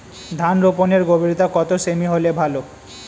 ধান রোপনের গভীরতা কত সেমি হলে ভালো?